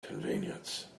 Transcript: convenience